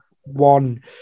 one